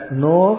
no